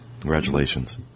Congratulations